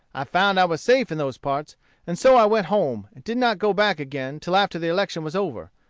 i found i was safe in those parts and so i went home, and did not go back again till after the election was over.